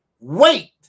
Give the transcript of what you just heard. Wait